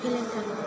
फेलें थाङो